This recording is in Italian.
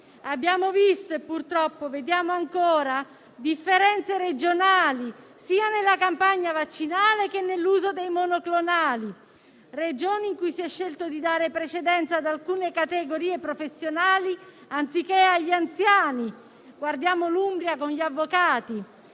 Abbiamo visto e purtroppo vediamo ancora differenze regionali sia nella campagna vaccinale che nell'uso dei monoclonali: Regioni in cui si è scelto di dare precedenza ad alcune categorie professionali anziché agli anziani (guardiamo l'Umbria con gli avvocati);